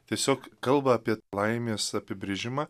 tiesiog kalba apie laimės apibrėžimą